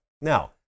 Now